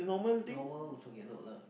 normal also cannot lah